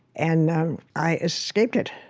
and i escaped it,